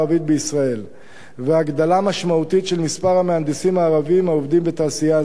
בישראל והגדלה משמעותית של מספר המהנדסים הערבים העובדים בתעשייה זו,